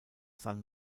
san